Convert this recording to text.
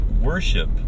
worship